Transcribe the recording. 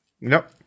Nope